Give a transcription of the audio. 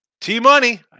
T-Money